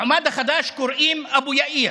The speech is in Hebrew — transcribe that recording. למועמד החדש קוראים אבו יאיר.